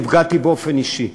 אני נפגעתי באופן אישי.